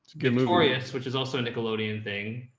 good movie prius, which is also a nickelodeon thing,